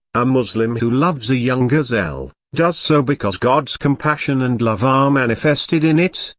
a muslim who loves a young gazelle, does so because god's compassion and love are manifested in it,